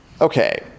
Okay